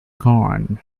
corn